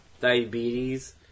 diabetes